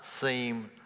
seem